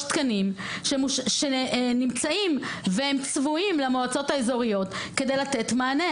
תקנים שנמצאים והם צבועים למועצות האזוריות כדי לתת מענה?